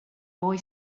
boy